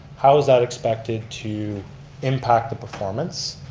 how is that expected to impact the performance.